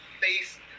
face